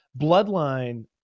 Bloodline